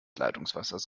leitungswassers